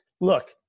Look